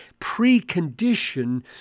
precondition